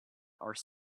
are